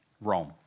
Rome